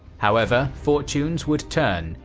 however fortunes would turn,